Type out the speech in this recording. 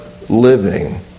living